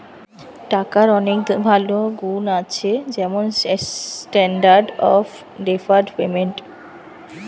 টাকার অনেক ভালো গুন্ আছে যেমন স্ট্যান্ডার্ড অফ ডেফার্ড পেমেন্ট